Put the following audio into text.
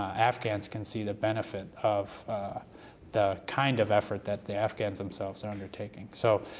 afghans can see the benefit of the kind of effort that the afghans themselves are undertaking. so,